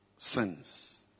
Sins